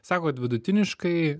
sako kad vidutiniškai